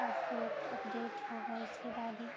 passport update ہوگا اس کے بعد ہی